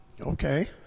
okay